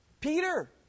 Peter